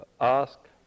ask